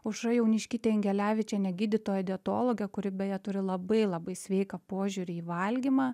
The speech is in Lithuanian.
aušra jauniškyte ingelevičiene gydytoja dietologe kuri beje turi labai labai sveiką požiūrį į valgymą